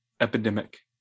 epidemic